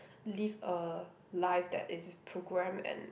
live a life that is program and